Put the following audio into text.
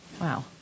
Wow